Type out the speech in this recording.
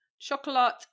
Chocolate